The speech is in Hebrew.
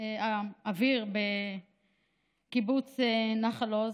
האוויר בקיבוץ נחל עוז.